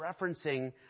referencing